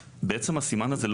בעצם, הסימן הזה לא